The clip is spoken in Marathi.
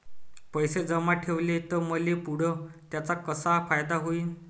पैसे जमा ठेवले त मले पुढं त्याचा कसा फायदा होईन?